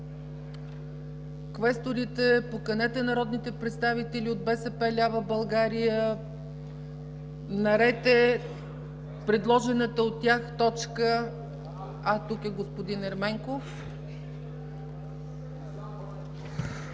Квесторите, поканете народните представители от „БСП лява България”. Наред е предложената от тях точка. Тук е господин Ерменков.